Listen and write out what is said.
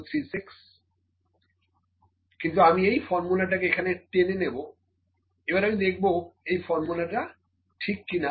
আমি আমি এই ফর্মুলাটাকে এখানে টেনে নেবো এবার আমি দেখবো এই ফর্মুলাটা ঠিক কিনা